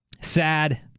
sad